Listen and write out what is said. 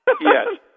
Yes